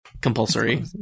compulsory